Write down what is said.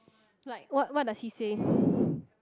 like what what does he say